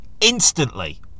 instantly